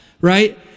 right